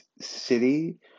city